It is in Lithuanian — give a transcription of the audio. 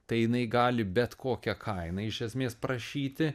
tai jinai gali bet kokią kainą iš esmės prašyti